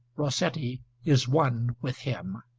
rossetti is one with him.